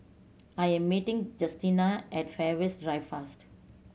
I am meeting Justina at Fairways Drive first